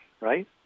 right